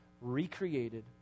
recreated